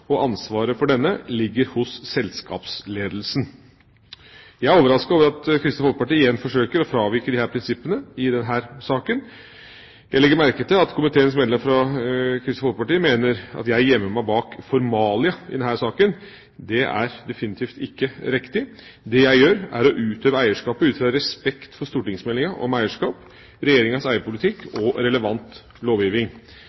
og ansvaret for denne ligger hos selskapsledelsen.» Jeg er overrasket over at Kristelig Folkeparti igjen forsøker å fravike prinsippene i denne saken. Jeg legger merke til at komiteens medlem fra Kristelig Folkeparti mener at jeg gjemmer meg bak formalia i denne saken. Det er definitivt ikke riktig. Det jeg gjør, er å utøve eierskapet ut fra respekt for stortingsmeldinga om eierskap, Regjeringas eierpolitikk